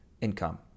income